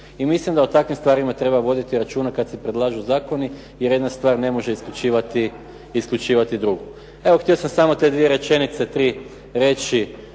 I mislim da o takvim stvarima treba voditi računa kad se predlažu zakoni jer jedna stvar ne može isključivati drugu. Evo, htio sam samo te dvije rečenice, tri reći